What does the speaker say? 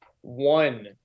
one